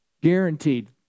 guaranteed